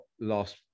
last